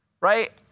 right